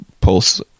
Pulse